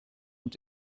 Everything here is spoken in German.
und